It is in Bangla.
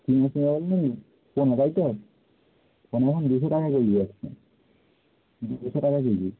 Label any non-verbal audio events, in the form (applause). (unintelligible) তাই তো (unintelligible) দুশো টাকা (unintelligible) দুশো টাকা কেজি